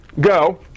go